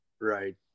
right